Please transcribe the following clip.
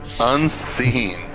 unseen